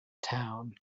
town